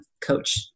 coach